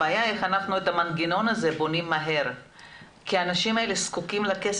הבעיה היא איך אנחנו בונים את המנגנון הזה מהר,